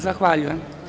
Zahvaljujem.